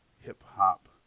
hip-hop